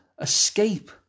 escape